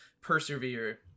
persevere